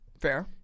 Fair